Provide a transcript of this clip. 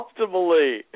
optimally